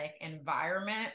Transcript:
environment